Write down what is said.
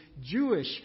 Jewish